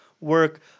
work